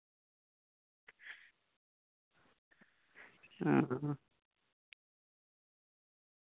ᱦᱩᱸ